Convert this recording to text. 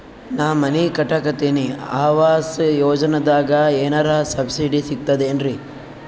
ನಾ ಮನಿ ಕಟಕತಿನಿ ಆವಾಸ್ ಯೋಜನದಾಗ ಏನರ ಸಬ್ಸಿಡಿ ಸಿಗ್ತದೇನ್ರಿ?